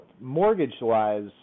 mortgage-wise